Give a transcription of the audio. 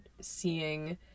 seeing